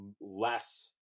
less